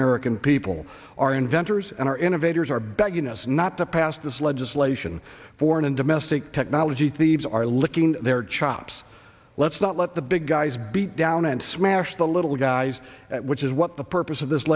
american people are inventors and our innovators are begging us not to pass this legislation foreign and domestic technology thieves are licking their chops let's not let the big guys beat down and smash the little guys which is what the purpose of this